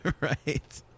Right